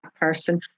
person